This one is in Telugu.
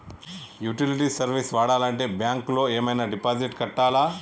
యుటిలిటీ సర్వీస్ వాడాలంటే బ్యాంక్ లో ఏమైనా డిపాజిట్ కట్టాలా?